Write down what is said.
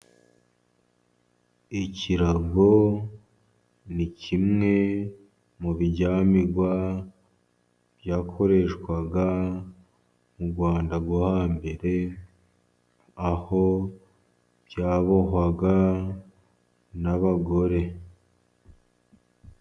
Ikirago ni kimwe mu biryamirwa byakoreshwaga mu Rwanda rwo hambere, aho byabohwaga n'abagore.